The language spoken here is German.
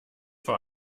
vor